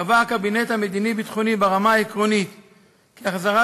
קבע הקבינט המדיני-ביטחוני ברמה העקרונית כי החזרת